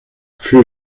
für